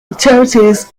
activities